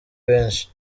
benshi